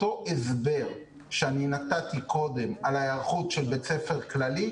אותו הסבר שאני נתתי קודם על ההיערכות של בית ספר כללי,